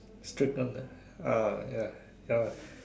stric one leh ah ya ya